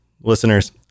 listeners